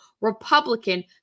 republican